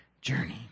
journey